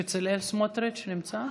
חבר הכנסת בצלאל סמוטריץ' נמצא?